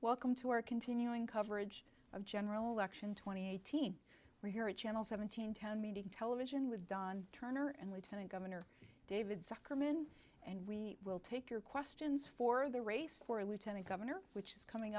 welcome to our continuing coverage of general election twenty eighteen we're here at channel seventeen town meeting television with don turner and lieutenant governor david zuckerman and we will take your questions for the race for lieutenant governor which is coming